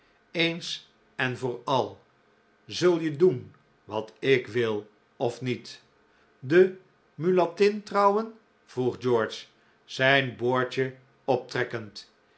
eens en voor al zul je doen wat ik wil of niet die mulatin trouwen vroeg george zijn boordje optrekkend